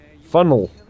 Funnel